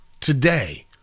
today